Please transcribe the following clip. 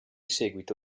seguito